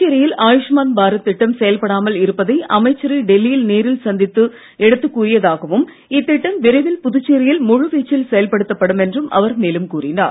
புதுச்சேரியில் ஆயுஷ்மான் பாரத் திட்டம் செயல்படாமல் இருப்பதை அமைச்சரை டெல்லியில் நேரில் சந்தித்து எடுத்துக் கூறியதாகவும் இத்திட்டம் விரைவில் புதுச்சேரியில் முழு வீச்சில் செயல்படுத்தப்படும் என்றும் அவர் மேலும் கூறினார்